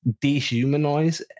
dehumanize